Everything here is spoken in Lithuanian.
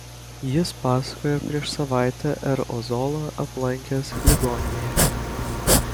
jis pasakojo prieš savaitę r ozolą aplankęs ligoninėje